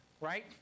right